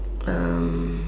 um